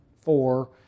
four